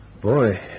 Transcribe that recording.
Boy